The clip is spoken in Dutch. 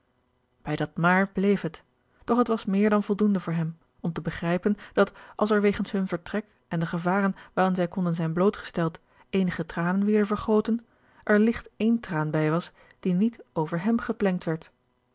bij dat maar bleef het doch het was meer dan voldoende voor hem om te begrijpen dat als er wegens hun vertrek en de gevaren waaraan zij konden zijn blootgesteld eenige tranen wierden vergoten er ligt één traan bij was die niet over hem geplengd werd